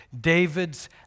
David's